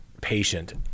patient